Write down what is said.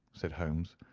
said holmes,